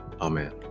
amen